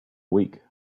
week